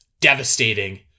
devastating